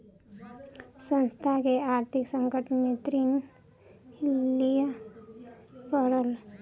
संस्थान के आर्थिक संकट में ऋण लिअ पड़ल